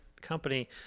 company